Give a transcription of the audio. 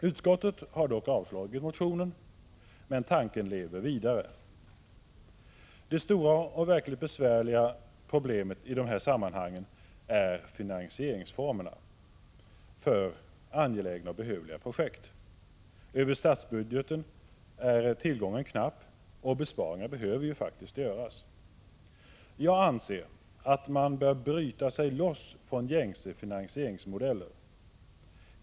Utskottet har avstyrkt motionen, men tanken lever vidare. Det stora och verkligt besvärliga problemet i dessa sammanhang är finansieringsformerna för behövliga projekt. Över statsbudgeten är tillgången knapp, och besparingar behöver faktiskt göras. Jag anser att man bör bryta sig loss från gängse finansieringsmodeller.